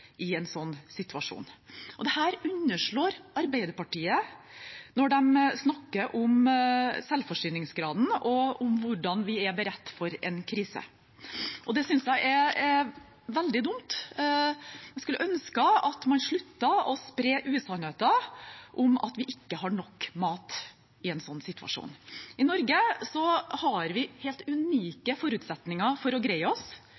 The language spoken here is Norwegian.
i en slik situasjon. Dette underslår Arbeiderpartiet når de snakker om selvforsyningsgraden og om hvordan vi er beredt for en krise. Det synes jeg er veldig dumt. Jeg skulle ønske at man sluttet å spre usannheter om at vi ikke har nok mat i en slik situasjon. I Norge har vi helt unike forutsetninger for å greie oss,